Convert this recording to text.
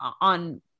on